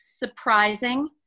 Surprising